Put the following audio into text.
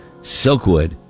Silkwood